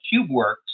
CubeWorks